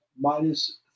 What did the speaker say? minus